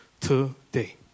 today